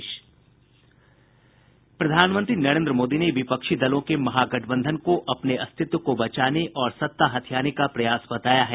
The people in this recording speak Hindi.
प्रधानमंत्री नरेंद्र मोदी ने विपक्षी दलों के महागठबंधन को अपने अस्तित्व को बचाने और सत्ता हथियाने का प्रयास बताया है